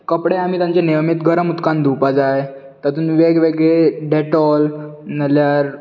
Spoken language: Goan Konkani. कपडे आमी तेंचे नियमीत गरम उदकान धुवपाक जाय तातूंत वेगवेगळे डॅटोल नाजाल्यार